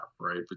right